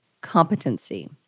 competency